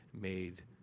made